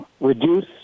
reduce